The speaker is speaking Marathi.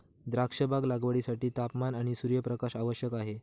द्राक्षबाग लागवडीसाठी तापमान आणि सूर्यप्रकाश आवश्यक आहे